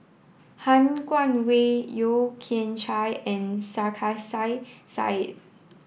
Han Guangwei Yeo Kian Chai and Sarkasi Said